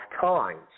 times